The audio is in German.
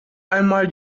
einmal